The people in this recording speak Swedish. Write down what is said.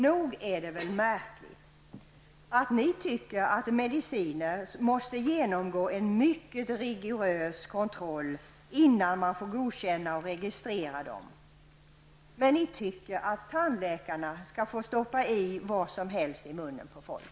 Nog är det väl märkligt att ni tycker att mediciner måste genomgå en mycket rigorös kontroll innan man får godkänna och registrera dem men att tandläkarna skall få stoppa vad som helst i munnen på folk.